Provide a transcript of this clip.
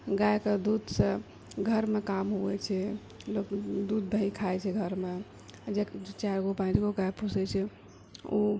गायके दूधसँ घरमे काम होइत छै लोक दूध दही खाए छै घरमे जे चारि गो पाँचगो गाय पोषए छै ओ